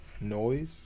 Noise